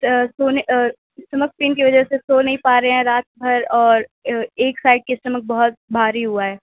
سونے stomach pain کی وجہ سے سو نہیں پا رہے ہیں رات بھر اور ایک سائڈ کی اسٹمک بہت بھاری ہُوا ہے